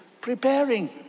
preparing